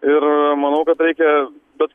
ir manau kad reikia bet